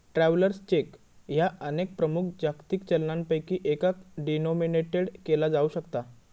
travellers cheque ह्या अनेक प्रमुख जागतिक चलनांपैकी एकात डिनोमिनेटेड केला जाऊ शकता